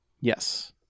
Yes